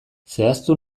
zehaztu